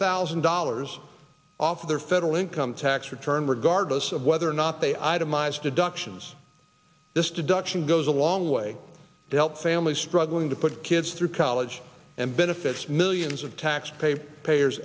thousand dollars off of their federal income tax return regardless of whether or not they itemize deductions this deduction goes a long way to help families struggling to put kids through college and benefits millions of taxpayer